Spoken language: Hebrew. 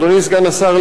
אדוני סגן השר,